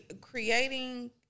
creating